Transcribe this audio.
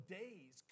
days